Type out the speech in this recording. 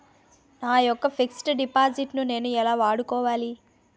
నా యెక్క fixed deposit ను నేను ఎలా వాడుకోవాలి?